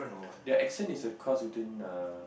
their accent is a cross between the